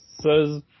says